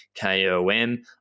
KOM